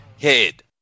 head